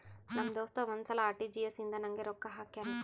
ನಮ್ ದೋಸ್ತ ಒಂದ್ ಸಲಾ ಆರ್.ಟಿ.ಜಿ.ಎಸ್ ಇಂದ ನಂಗ್ ರೊಕ್ಕಾ ಹಾಕ್ಯಾನ್